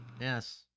Yes